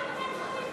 מה עם בית